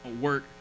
work